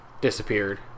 disappeared